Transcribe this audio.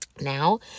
Now